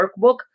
workbook